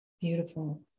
Beautiful